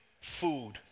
food